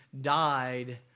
died